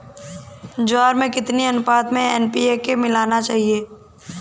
ज्वार में कितनी अनुपात में एन.पी.के मिलाना चाहिए?